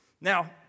Now